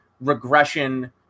regression